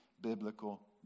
biblical